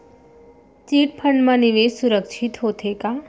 Chit fund मा निवेश सुरक्षित होथे का?